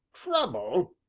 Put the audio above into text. trouble!